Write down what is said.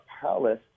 palace